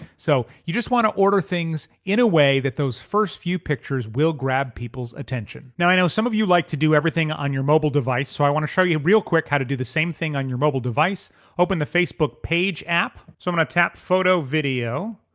so you just want to order things in a way that those first few pictures will grab people's now i know some of you like to do everything on your mobile device so i want to show you real quick how to do the same thing on your mobile device open the facebook page app. so i'm gonna tap photo video,